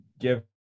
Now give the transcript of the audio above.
give